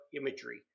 imagery